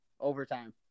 Overtime